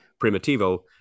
Primitivo